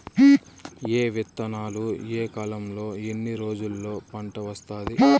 ఏ విత్తనాలు ఏ కాలంలో ఎన్ని రోజుల్లో పంట వస్తాది?